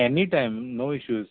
any time no issues